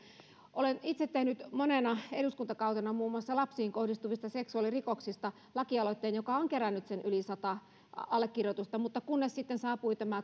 olen itse tehnyt monena eduskuntakautena muun muassa lapsiin kohdistuvista seksuaalirikoksista lakialoitteen joka on kerännyt sen yli sata allekirjoitusta mutta kun sitten saapui